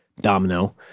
domino